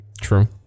True